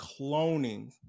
cloning